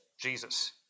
Jesus